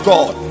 God